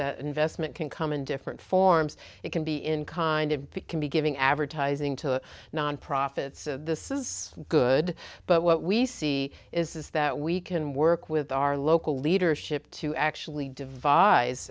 that investment can come in different forms it can be in kind of can be giving advertising to nonprofits this is good but what we see is that we can work with our local leadership to actually devise